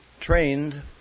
trained